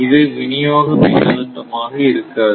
இது விநியோக மின் அழுத்தமாக இருக்காது